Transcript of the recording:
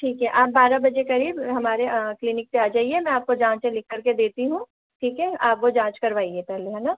ठीक है आप बारह बजे करीब हमारे क्लिनिक पर आ जाइए मैं आपको जाँच लिख कर के देती हूँ ठीक है आप वो जाँच करवाए पहले है ना